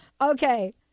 Okay